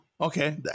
Okay